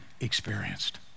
experienced